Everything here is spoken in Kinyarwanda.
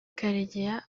karegeya